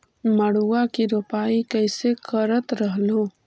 मड़उआ की रोपाई कैसे करत रहलू?